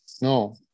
No